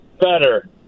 better